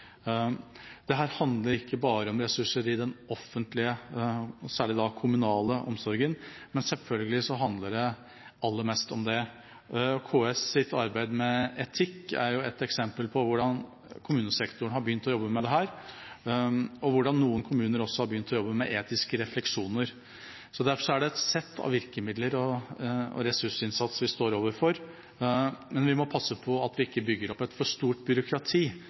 handler ikke bare om ressurser i den offentlige, særlig den kommunale omsorgen, men selvfølgelig handler det aller mest om det. KSs arbeid med etikk er et eksempel på hvordan kommunesektoren har begynt å jobbe med dette, og hvordan noen kommuner har begynt å jobbe med etiske refleksjoner. Derfor er det et sett av virkemidler og ressursinnsats vi står overfor, men vi må passe på at vi ikke bygger opp for stort byråkrati,